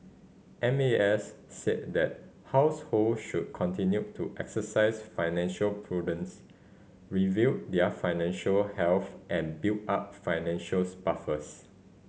M A S said that household should continue to exercise financial prudence review their financial health and build up financials buffers